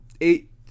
Eight